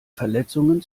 verletzungen